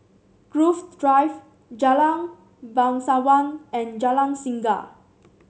Grove Drive Jalan Bangsawan and Jalan Singa